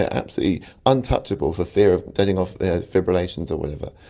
ah absolutely untouchable for fear of setting off fibrillations or whatever.